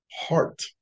heart